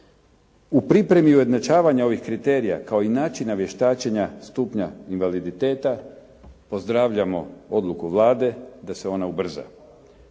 U pripremi ujednačavanja ovih kriterija kao i načina vještačenja stupnja invaliditeta pozdravljamo odluku Vlade da se ona ubrza.